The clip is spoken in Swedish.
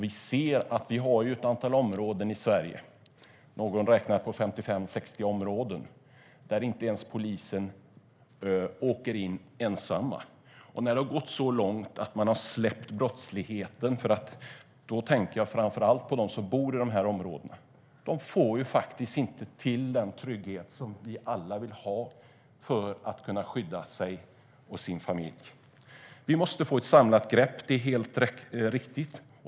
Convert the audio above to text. Vi ser att vi har ett antal områden i Sverige - någon räknar med att det är 55-60 områden - dit inte poliser åker ensamma. Det har gått så långt att man har släppt brottsligheten. Jag tänker framför allt på dem som bor i de områdena. De får inte den trygghet som vi alla vill ha. Det handlar om att kunna skydda sig och sin familj. Vi måste få ett samlat grepp - det är helt riktigt.